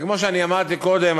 כמו שאני אמרתי קודם,